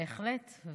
בהחלט.